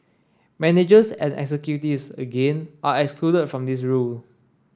managers and executives again are excluded from this rule